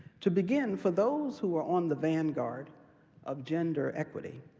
to begin, for those who are on the vanguard of gender equity,